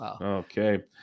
Okay